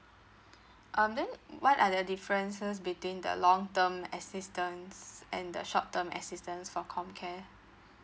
um then what are the differences between the long term assistance and the short term assistance for comcare